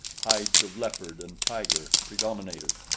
hides of leopard and tiger predominated,